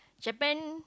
Japan